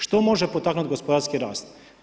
Što može potaknuti gospodarski rast?